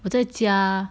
我在家